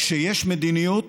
כשיש מדיניות